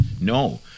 No